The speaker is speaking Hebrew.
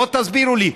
בואו תסבירו לי.